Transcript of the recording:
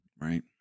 Right